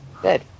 Good